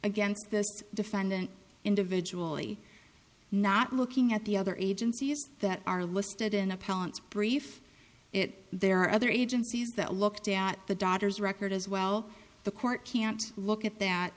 against this defendant individually not looking at the other agencies that are listed in appellant brief it there are other agencies that looked at the daughter's record as well the court can't look at that